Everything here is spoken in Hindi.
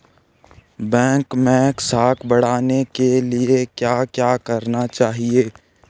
बैंक मैं साख बढ़ाने के लिए क्या क्या करना चाहिए?